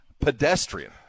pedestrian